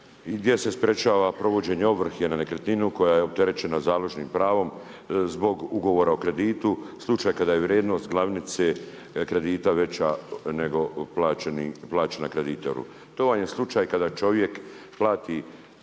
gdje se sprječava provođenje ovrhe nad nekretninu koja je opterećena založnim pravom zbog ugovora o kreditu, slučaj kada je vrijednost glavnice kredita veća nego plaćena kreditoru. To vam je slučaj kada čovjek plati,